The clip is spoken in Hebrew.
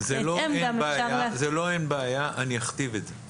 זה לא אין בעיה, אני אכתיב את זה.